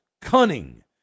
cunning